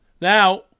Now